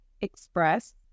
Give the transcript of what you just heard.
Express